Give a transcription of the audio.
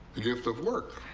the gift of work.